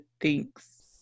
thinks